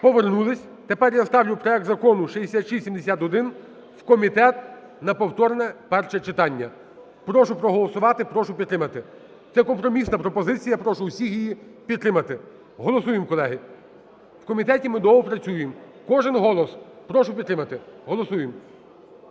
Повернулися. Тепер я ставлю проект Закону 6671 у комітет на повторне перше читання. Прошу проголосувати, прошу підтримати. Це – компромісна пропозиція, прошу всіх її підтримати. Голосуємо, колеги! У комітеті ми доопрацюємо. Кожен голос! Прошу підтримати. Голосуємо!